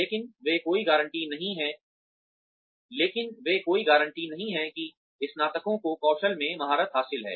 लेकिन वे कोई गारंटी नहीं हैं कि स्नातकों को कौशल में महारत हासिल है